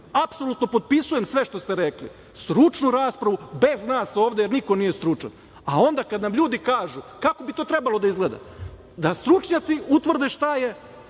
Apsolutno potpisujem sve što ste rekli, stručnu raspravu bez nas ovde jer niko nije stručan, a onda kada nam ljudi kažu kako bi to trebalo da izgleda, da stručnjaci utvrde šta je